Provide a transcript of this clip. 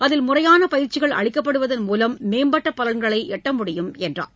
அதில் முறையான பயிற்சிகள் அளிக்கப்படுவதன் மூலம் மேம்பட்ட பலன்களை எட்ட முடியும் என்றார்